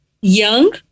young